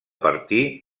partir